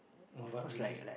and what would you